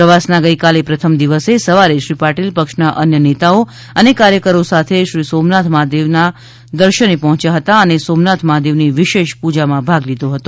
પ્રવાસના ગઈકાલે પ્રથમ દિવસે સવારે શ્રી પાટિલ પક્ષના અન્ય નેતાઓ અને કાર્યકરો સાથે શ્રી સોમનાથ મહાદેવ પર્હોચ્યા હતા અને સોમનાથ મહાદેવની વિશેષ પૂજામાં ભાગ લીધો હતો